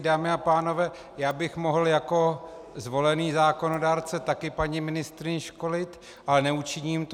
Dámy a pánové, já bych mohl jako zvolený zákonodárce taky paní ministryni školit, ale neučiním to.